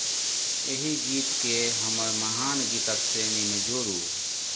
एहि गीतकेँ हमर महान गीतक श्रेणीमे जोड़ू